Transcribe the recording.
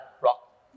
rock